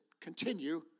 continue